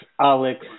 Alex